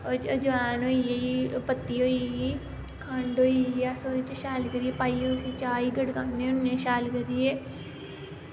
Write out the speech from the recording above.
अजमैंन होई गेई पत्ती होई गेई खण्ड होई गेई अस ओह्दे च शैल करियै पाइयै असी चाह् गी गड़काने होन्ने शैल करियै